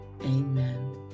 Amen